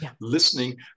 Listening